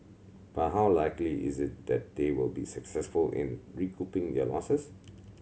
but how likely is it that they will be successful in recouping their losses